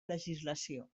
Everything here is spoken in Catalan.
legislació